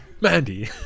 Mandy